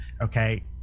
Okay